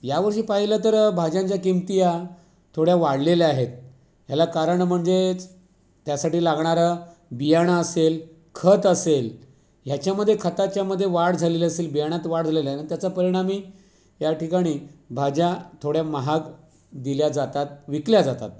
यावर्षी पाहिलं तर भाज्यांच्या किमती या थोड्या वाढलेल्या आहेत ह्याला कारण म्हणजेच त्यासाठी लागणारं बियाणं असेल खत असेल ह्याच्यामधे खताच्यामधे वाढ झालेली असेल बियाणात वाढ झालेली आहे ना त्याच्या परिणामी या ठिकाणी भाज्या थोड्या महाग दिल्या जातात विकल्या जातात